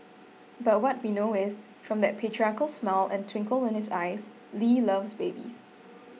but what we know is from that patriarchal smile and twinkle in his eyes Lee loves babies